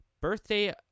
birthday